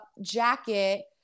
jacket